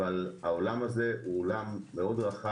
אבל העולם הזה הוא מאוד רחב.